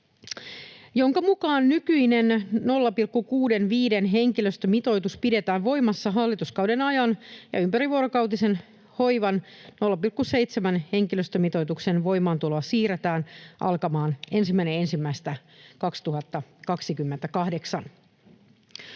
jonka mukaan nykyinen 0,65-henkilöstömitoitus pidetään voimassa hallituskauden ajan ja ympärivuorokautisen hoivan 0,7-henkilöstömitoituksen voimaantuloa siirretään alkamaan 1.1.2028.